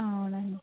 అవునండి